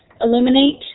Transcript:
Illuminate